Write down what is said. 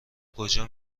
کجا